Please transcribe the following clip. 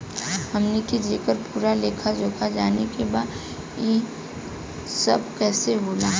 हमनी के जेकर पूरा लेखा जोखा जाने के बा की ई सब कैसे होला?